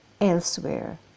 elsewhere